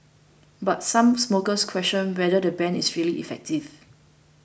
but some smokers question whether the ban is really effective